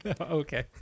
Okay